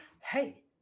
Hey